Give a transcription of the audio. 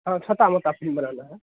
हाँ छोटी मोटी फ़िल्म बनानी है